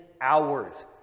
hours